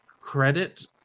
credit